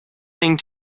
thing